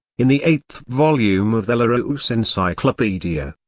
in the eighth volume of the larousse encyclopedia,